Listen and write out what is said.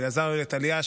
לאלעזר ולטליה.